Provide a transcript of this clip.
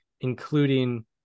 including